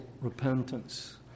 repentance